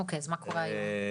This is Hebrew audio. אוקי, אז מה קורה היום?